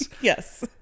yes